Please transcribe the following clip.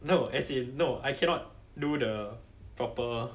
no as in no I cannot do the proper